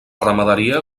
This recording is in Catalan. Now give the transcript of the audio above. ramaderia